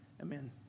amen